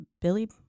Billy